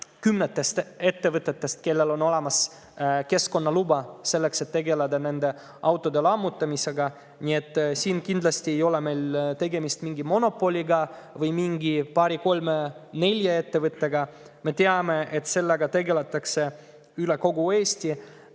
kümnetest ettevõtetest, kellel on olemas keskkonnaluba selleks, et tegeleda nende autode lammutamisega. Nii et siin kindlasti ei ole meil tegemist mingi monopoliga või paari-kolme-nelja ettevõttega. Me teame, et sellega tegeletakse üle kogu Eesti.